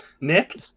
Nick